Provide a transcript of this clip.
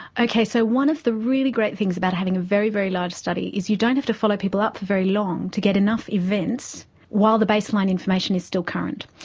okay, so one of the really great things about having a very, very large study is you don't have to follow people up for very long to get enough events while the baseline information is still current.